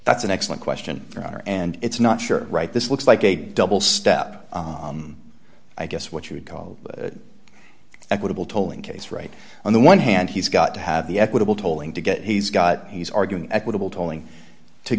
that's an excellent question and it's not sure right this looks like a double step i guess what you'd call equitable tolling case right on the one hand he's got to have the equitable tolling to get he's got he's arguing equitable tolling to